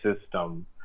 system –